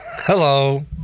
hello